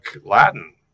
Latin